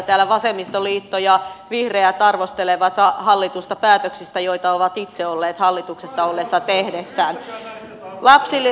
täällä vasemmistoliitto ja vihreät arvostelevat hallitusta päätöksistä joita ovat itse olleet hallituksessa ollessaan tekemässä